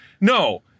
no